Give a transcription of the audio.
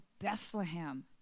Bethlehem